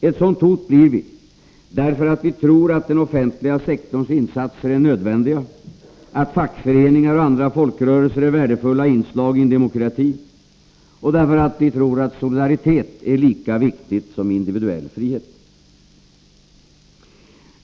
Ett sådant hot blir vi därför att vi tror att den offentliga sektorns insatser är nödvändiga, att fackföreningar och andra folkrörelser är värdefulla inslag i en demokrati och därför att vi tror att solidaritet är lika viktigt som individuell frihet.